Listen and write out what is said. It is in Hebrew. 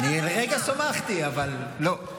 אני לרגע שמחתי, אבל לא.